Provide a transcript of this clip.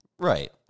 Right